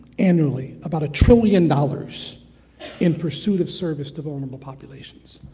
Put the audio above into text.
annually about a trillion dollars in pursuit of service to vulnerable populations.